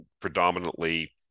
predominantly